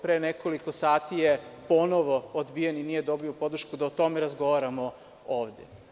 Pre nekoliko sati je ponovo odbijen nije dobio podršku da o tome razgovaramo ovde.